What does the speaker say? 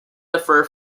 differ